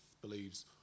believes